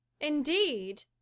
Indeed